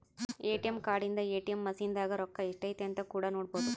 ATM card ಇಂದ ATM machine ದಾಗ ರೊಕ್ಕ ಎಷ್ಟೈತೆ ಅಂತ ಕೂಡ ನೊಡ್ಬೊದು